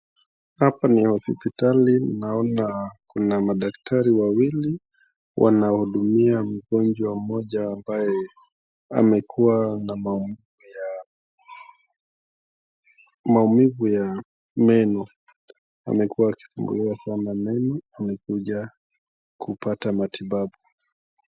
Hapa ni hospitali, naona kuna madaktari wawili wanaohudumia mgonjwa mmoja ambaye amekuwa na maumivu ya, maumivu ya meno, amekuwa akisumbuliwa sana na meno amekuja kupata matibabu.